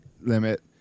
limit